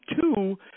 two